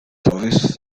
hobbies